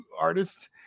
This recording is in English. artist